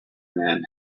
man